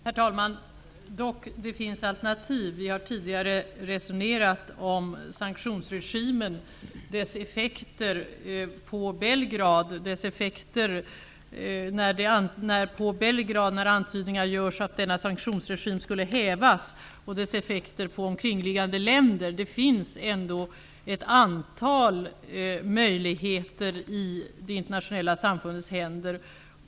Herr talman! Det finns dock alternativ. Vi har tidigare resonerat om effekterna på Belgrad, när antydningar görs att sanktionsregimen och därmed dess effekter på kringliggande länder skulle hävas. Det finns ändå ett antal möjligheter i det internationella samfundets händer.